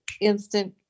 instant